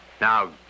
Now